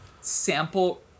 sample